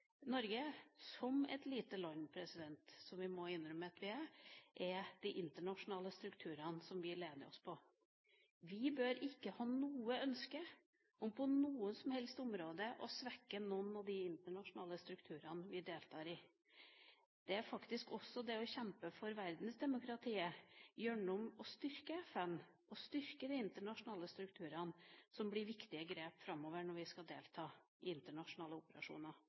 Norge som et lite land – som vi må innrømme at vi er – er de internasjonale strukturene som vi lener oss på. Vi bør ikke ha noe ønske om på noe som helst område å svekke noen av de internasjonale strukturene vi deltar i. Det er faktisk det å kjempe for verdensdemokratiet gjennom å styrke FN og de internasjonale strukturene som blir viktige grep framover når vi skal delta i internasjonale operasjoner.